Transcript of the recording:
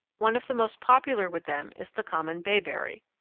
one of the most popular with them is the common bayberry.